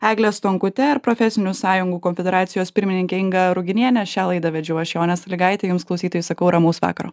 egle stonkute ir profesinių sąjungų konfederacijos pirmininke inga ruginiene šią laidą vedžiau aš jonė sąlygaitė jums klausytojai sakau ramaus vakaro